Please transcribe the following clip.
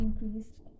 increased